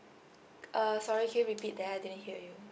uh sorry can you repeat that I didn't hear you